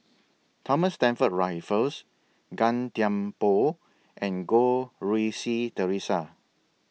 Thomas Stamford Raffles Gan Thiam Poh and Goh Rui Si Theresa